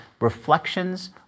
Reflections